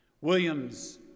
Williams